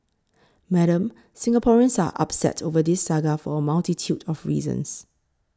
Madam Singaporeans are upset over this saga for a multitude of reasons